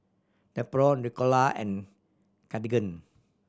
Nepro Ricola and Cartigain